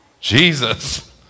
Jesus